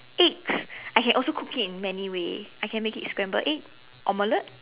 eggs I can also cook it in many way I can make it scrambled egg omelette